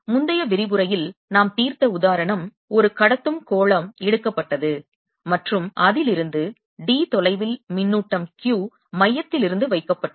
முந்தைய விரிவுரையில் நாம் தீர்த்த உதாரணம் ஒரு கடத்தும் கோளம் எடுக்கப்பட்டது மற்றும் அதிலிருந்து d தொலைவில் மின்னூட்டம் Q மையத்திலிருந்து வைக்கப்பட்டது